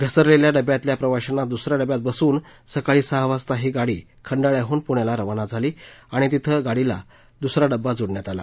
घसरलेल्या डब्यातल्या प्रवाशांना दुसऱ्या डब्यात बसवून सकाळी सहा वाजता ही गाडी खंडाळ्याहून प्ण्याला रवाना झाली आणि तिथं गाडीला द्सरा डबा जोडण्यात आला